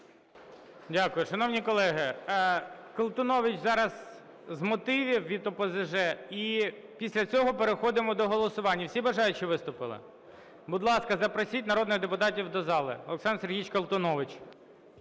Дякую. Шановні колеги, Колтунович зараз з мотивів від ОПЗЖ. І після цього переходимо до голосування. Всі бажаючі виступили? Будь ласка, запросіть народних депутатів до зали. Олександр Сергійович Колтунович.